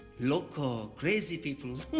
loco, crazy peoples.